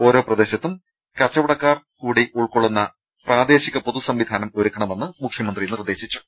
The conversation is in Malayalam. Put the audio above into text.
ഓരോ പ്രദേശത്തും കച്ചവടക്കാർകൂടി ഉൾക്കൊള്ളുന്ന പ്രാദേശിക പൊതുസംവിധാനം ഒരുക്കണമെന്ന് മുഖ്യ മന്ത്രി നിർദ്ദേശിച്ചു